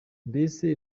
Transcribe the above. mbese